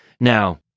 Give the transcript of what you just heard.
Now